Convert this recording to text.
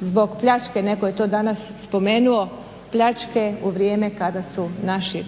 zbog pljačke, netko je to danas spomenuo, pljačke u vrijeme kada su naši